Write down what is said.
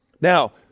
Now